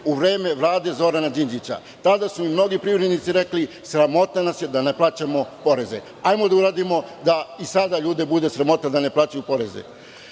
u vreme Vlade Zorana Đinđića. Tada su mnogi privrednici rekli - sramota nas je da ne plaćamo poreze. Hajde da uradimo da i sada ljude bude sramota da ne plaćaju poreze. Još